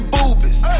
Boobies